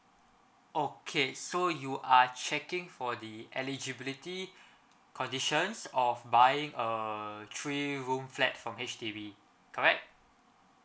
okay so you are checking for the eligibility conditions of buying a three room flat from H_D_B correct